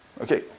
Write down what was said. Okay